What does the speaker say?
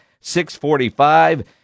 645